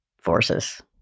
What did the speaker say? forces